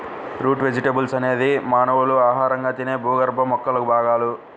route vegetables అనేది మానవులు ఆహారంగా తినే భూగర్భ మొక్కల భాగాలు